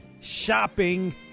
shopping